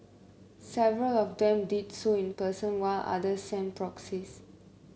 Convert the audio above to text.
several of them did so in person while others sent proxies